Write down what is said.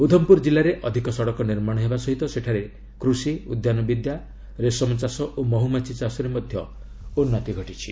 ଉଦ୍ଧମପୁର ଜିଲ୍ଲାରେ ଅଧିକ ସଡ଼କ ନିର୍ମାଣ ହେବା ସହିତ ସେଠାରେ କୃଷି ଉଦ୍ୟାନ ବିଦ୍ୟା ରେଶମ ଚାଷ ଓ ମହୁମାଛି ଚାଷରେ ମଧ୍ୟ ଉନ୍ନତି ଘଟିଛି